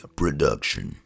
production